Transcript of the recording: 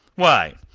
why,